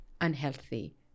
unhealthy